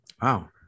wow